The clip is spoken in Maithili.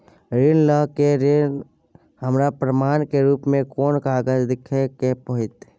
ऋण लय के लेल हमरा प्रमाण के रूप में कोन कागज़ दिखाबै के होतय?